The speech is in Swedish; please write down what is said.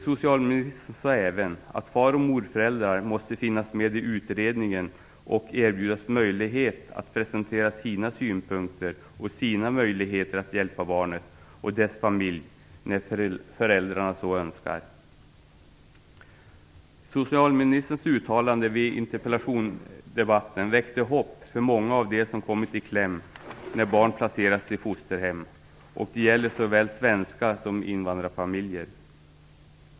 Socialministern sade även att "far och morföräldrar måste finnas med i utredningen och erbjudas möjligheter att presentera sina synpunkter och sina möjligheter att hjälpa barnet och dess familj när föräldrarna så önskar". Socialministerns uttalanden vid interpellationsdebatten väckte hopp för många av dem som kommit i kläm när barn placerats i fosterhem. Det gäller såväl svenska familjer som invandrarfamiljer.